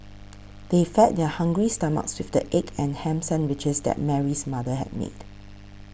they fed their hungry stomachs with the egg and ham sandwiches that Mary's mother had made